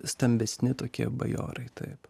stambesni tokie bajorai taip